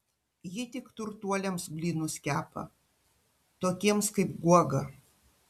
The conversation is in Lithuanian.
ji tik turtuoliams blynus kepa tokiems kaip guoga